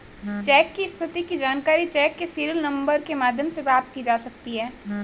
check की स्थिति की जानकारी चेक के सीरियल नंबर के माध्यम से प्राप्त की जा सकती है